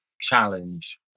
challenge